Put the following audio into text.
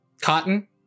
cotton